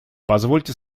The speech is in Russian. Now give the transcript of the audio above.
позвольте